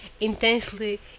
intensely